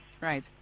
Right